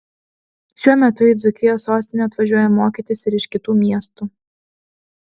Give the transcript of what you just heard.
šiuo metu į dzūkijos sostinę atvažiuoja mokytis ir iš kitų miestų